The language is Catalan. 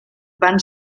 van